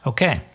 Okay